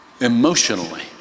emotionally